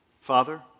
Father